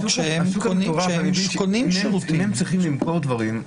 אם הם צריכים למכור דברים,